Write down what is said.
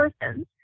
persons